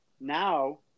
now